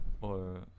Or-